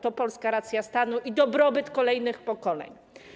To polska racja stanu i dobrobyt kolejnych pokoleń.